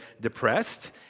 depressed